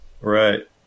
Right